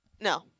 No